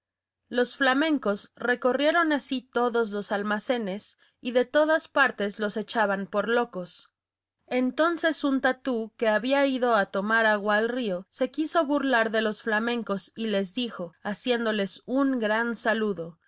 los flamencos recorrieron así todos los almacenes y de todas partes los echaban por locos entonces un tatú que había ido a tomar agua al río se quiso burlar de los flamencos y les dijo haciéndoles un gran saludo